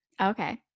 Okay